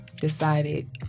decided